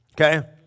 Okay